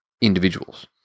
individuals